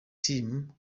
team